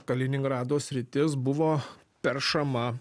kaliningrado sritis buvo peršama